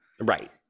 Right